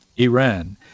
Iran